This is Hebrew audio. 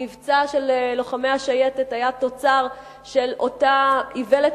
המבצע של לוחמי השייטת היה תוצר של אותה איוולת